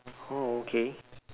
oh okay